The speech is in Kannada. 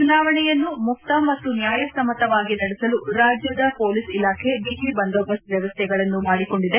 ಚುನಾವಣೆಯನ್ನು ಮುಕ್ತ ಮತ್ತು ನ್ಯಾಯಸಮ್ಮತವಾಗಿ ನಡೆಸಲು ರಾಜ್ಯದ ಪೊಲೀಸ್ ಇಲಾಖೆ ಬಿಗಿ ಬಂದೋಬಸ್ತ್ ವ್ಯವಸ್ಥೆಗಳನ್ನು ಮಾಡಿಕೊಂಡಿದೆ